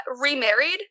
remarried